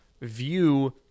view